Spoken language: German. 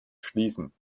schließen